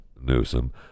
Newsom